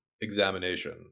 examination